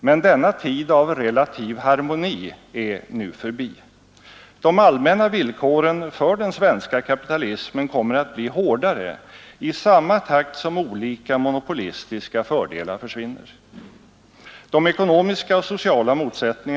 Men det är klart att även om vi gör en så väldig offensiv för att sprida kunskap och få i gång en debatt om arbetsmiljöfrågorna, lyckas vi ändå inte fullständigt.